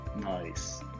Nice